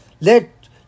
Let